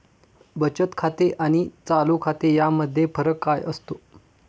बचत खाते आणि चालू खाते यामध्ये फरक काय असतो?